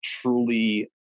truly